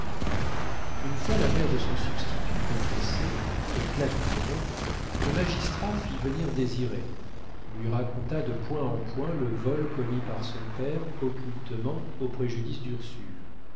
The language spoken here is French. une fois la mère de son substitut confessée et claquemurée le magistrat fit venir désiré lui raconta de point en point le vol commis par son père occultement au préjudice d'ursule